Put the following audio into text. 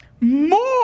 more